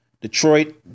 Detroit